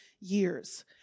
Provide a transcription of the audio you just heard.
years